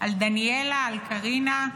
על דניאלה, על קרינה.